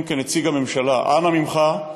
כנציג הממשלה: אנא ממך,